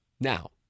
Now